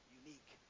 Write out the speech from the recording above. unique